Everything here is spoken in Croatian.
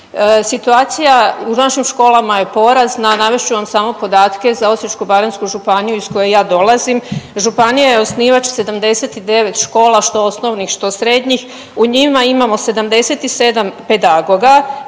Situacija u našim školama je porazna, navest ću vam samo podatke za Osječko-baranjsku županiju iz koje ja dolazim. Županija je osnivač 79 škola, što osnovnih, što srednjih, u njima imamo 77 pedagoga